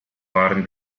waren